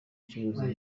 ikibazo